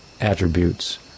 attributes